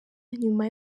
nyuma